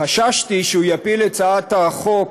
חששתי שהוא יפיל את הצעת החוק